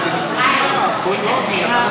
בבקשה, אדוני.